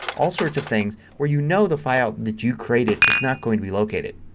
all sorts of things where you know the file that you created is not going to be located.